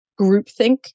groupthink